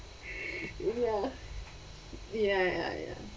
ya ya ya ya